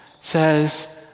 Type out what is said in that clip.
says